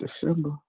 December